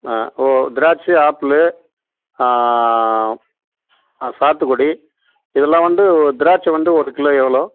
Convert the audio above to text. ஆ ஓ திராட்சை ஆப்பிளு சாத்துக்குடி இதெல்லாம் வந்து ஒரு திராட்சை வந்து ஒரு கிலோ எவ்வளோ